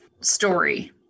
story